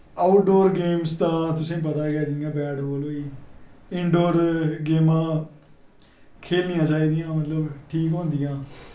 out डोर games दा तुसेंगी पता गै बैट बॉल होई इंडोरगेमां खेलनियां चाही दियां मतलव ठीक होंदियां